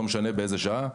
לא משנה באיזו שעה,